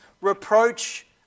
reproach